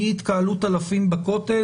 מהתקהלות אלפים בכותל,